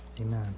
Amen